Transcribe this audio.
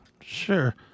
sure